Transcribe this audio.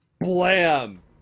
Blam